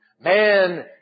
Man